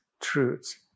truths